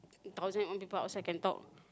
thousand and one people outside can talk